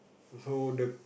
so the